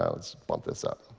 let's bump this up.